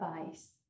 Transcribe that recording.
advice